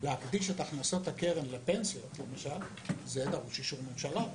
להקדיש את ההכנסות לפנסיה, זה דרוש אישור ממשלה.